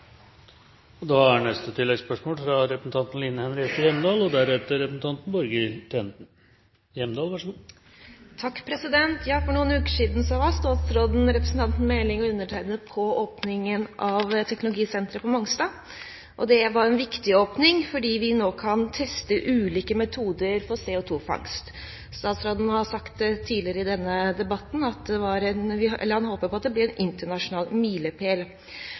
Line Henriette Hjemdal – til oppfølgingsspørsmål. For noen uker siden var statsråden, representanten Meling og undertegnede på åpningen av teknologisenteret på Mongstad. Det var en viktig åpning, fordi vi nå kan teste ulike metoder for CO2-fangst. Statsråden har sagt tidligere i denne debatten at han håper at det blir en internasjonal milepæl. I åpningstalen sa statsministeren at det han var med på denne dagen, var et viktig første steg. Det